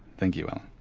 thank you, alan.